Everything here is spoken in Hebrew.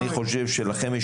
אני חושב שלכם,